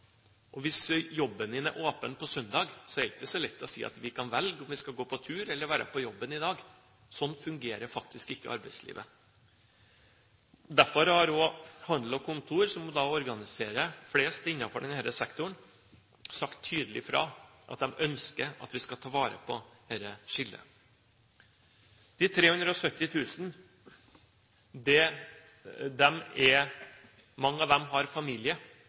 hvis butikken der du jobber er åpen på søndag, er det ikke så lett å si at man kan velge om man skal gå på tur eller være på jobben den dagen. Slik fungerer faktisk ikke arbeidslivet. Derfor har Handel og Kontor, som organiserer flest innenfor denne sektoren, sagt tydelig fra om at de ønsker at vi skal ta vare på dette skillet. Mange av de 370 000 har familie, dette angår veldig mange